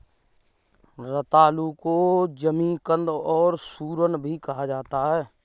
रतालू को जमीकंद और सूरन भी कहा जाता है